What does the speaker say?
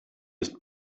ist